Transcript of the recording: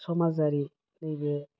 समाजारि नैबे